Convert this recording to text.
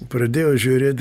pradėjo žiūrėt